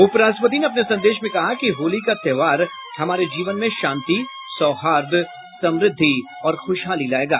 उपराष्ट्रपति ने अपने संदेश में कहा कि होली का त्योहार हमारे जीवन में शांति सौहार्द समृद्धि और खुशहाली लायेगा